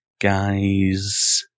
Guys